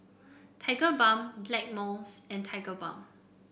Tigerbalm Blackmores and Tigerbalm